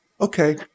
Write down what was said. Okay